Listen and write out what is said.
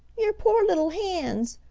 your poor little hands!